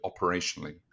operationally